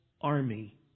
army